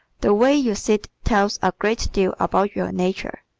the way you sit tells a great deal about your nature.